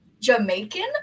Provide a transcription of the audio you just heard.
Jamaican